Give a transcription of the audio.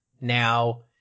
Now